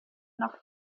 noch